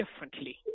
differently